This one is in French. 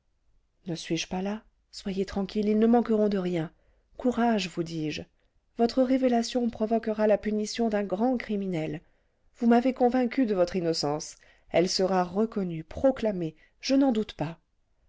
ne suis-je pas là soyez tranquille ils ne manqueront de rien courage vous dis-je votre révélation provoquera la punition d'un grand criminel vous m'avez convaincu de votre innocence elle sera reconnue proclamée je n'en doute pas